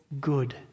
good